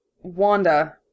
Wanda